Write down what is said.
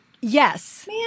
Yes